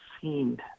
seen